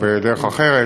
בכתב או בדרך אחרת.